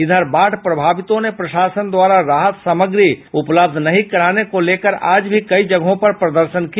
इधर बाढ़ प्रभावितों ने प्रशासन द्वारा राहत सामग्री उपलब्ध नहीं कराने को लेकर आज भी कई जगहों पर प्रदर्शन किया